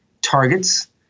targets